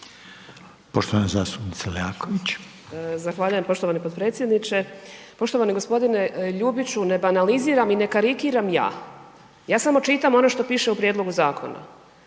Poštovana zastupnica Leaković.